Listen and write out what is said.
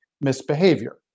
misbehavior